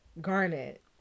Garnet